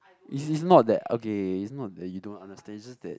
is is not that okay is not that you don't understand is just that